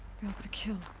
to kill.